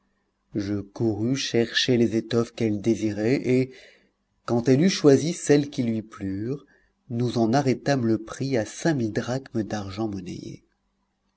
je courus chercher les étoffes qu'elle désirait et quand elle eut choisi celles qui lui plurent nous en arrêtâmes le prix à cinq mille drachmes d'argent monnayé